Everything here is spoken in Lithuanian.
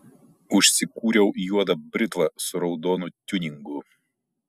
užsikūriau juodą britvą su raudonu tiuningu